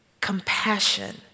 compassion